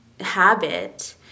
habit